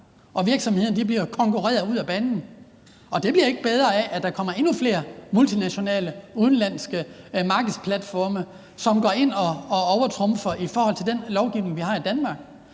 at virksomhederne bliver konkurreret ud af banen. Og det bliver ikke bedre af, at der kommer endnu flere multinationale udenlandske markedsplatforme, som går ind og overtrumfer den lovgivning, vi har i Danmark.